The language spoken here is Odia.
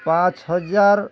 ପାଞ୍ଚ ହଜାର